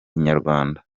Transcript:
inyarwanda